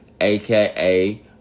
aka